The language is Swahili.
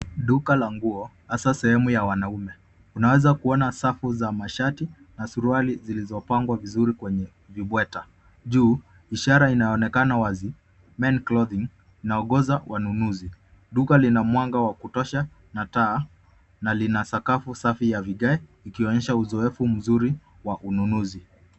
Duka la nguo hasa sehemu ya wanaume, unaweza kuona safu za shati na suruali zilizopangwa vizuri kwenye vibweta, juu ishara inaonekana wazi men clothing inaongosa wanunuzi. Duka lina mwanga wa kutosha na taa na lina sakafu safi ya vigae. Ikionyesha usoefu mzuri wa ununuzi.